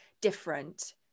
different